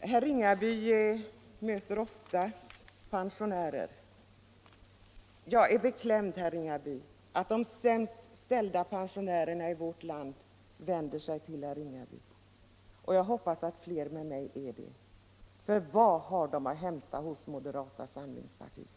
Herr Ringaby möter ofta pensionärer. Jag är beklämd över att de sämst ställda pensionärerna i vårt land vänder sig till herr Ringaby, och jag hoppas att fler med mig är det. Vad har de att hämta hos moderata samlingspartiet?